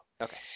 okay